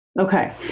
okay